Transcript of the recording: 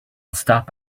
stop